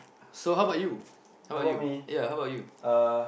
so how about you how about you ya how about you